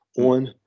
on